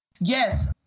Yes